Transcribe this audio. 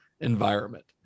environment